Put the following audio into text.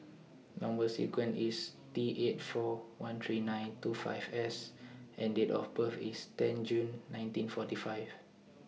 Number sequence IS T eight four one three nine two five S and Date of birth IS ten June nineteen forty five